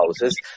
houses